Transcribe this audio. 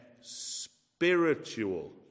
spiritual